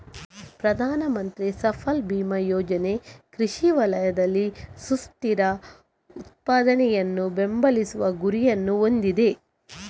ಪ್ರಧಾನ ಮಂತ್ರಿ ಫಸಲ್ ಬಿಮಾ ಯೋಜನೆ ಕೃಷಿ ವಲಯದಲ್ಲಿ ಸುಸ್ಥಿರ ಉತ್ಪಾದನೆಯನ್ನು ಬೆಂಬಲಿಸುವ ಗುರಿಯನ್ನು ಹೊಂದಿದೆ